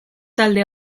talde